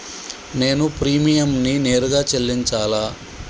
నేను ప్రీమియంని నేరుగా చెల్లించాలా?